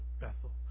Bethel